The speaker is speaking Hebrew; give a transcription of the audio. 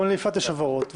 גם ליפעת יש הבהרות,